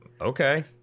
Okay